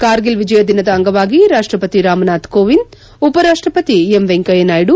ಕಾರ್ಗಿಲ್ ವಿಜಯ ದಿನದ ಅಂಗವಾಗಿ ರಾಷ್ಷಪತಿ ರಾಮನಾಥ್ ಕೋವಿಂದ್ ಉಪರಾಷ್ಷಪತಿ ಎಂ ವೆಂಕಯ್ಲನಾಯ್ಲು